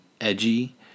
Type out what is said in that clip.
edgy